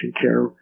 care